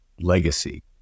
legacy